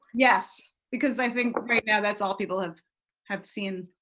yes, because i think right now that's all people have have seen.